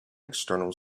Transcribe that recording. external